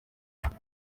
atatu